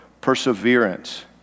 Perseverance